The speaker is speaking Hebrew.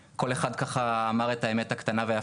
איך אמרת לא התמזל מזלו של הילד ולא של ההורים.